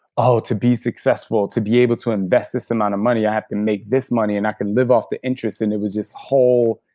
oh, to be successful, to be able to invest this amount of money, i have to make this money. and i can live off the interest. and it was this whole